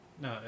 No